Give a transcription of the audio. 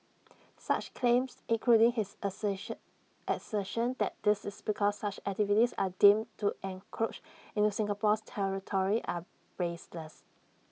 such claims including his assertion assertion that this is because such activities are deemed to encroach into Singapore's territory are baseless